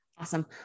Awesome